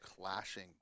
clashing